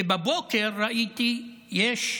ובבוקר ראיתי שיש